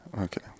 Okay